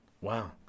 Wow